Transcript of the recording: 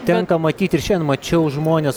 tenka matyt ir šiandien mačiau žmones